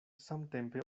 samtempe